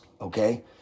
okay